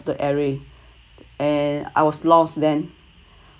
the and I was lost then